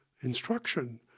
instruction